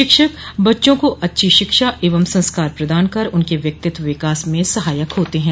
शिक्षक बच्चों को अच्छी शिक्षा एवं संस्कार प्रदान कर उनके व्यक्तित्व विकास में सहायक होते हैं